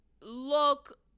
look